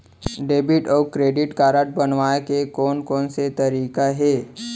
Debit अऊ credit card बनवाए के कोन कोन से तरीका हे?